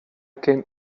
came